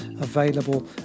available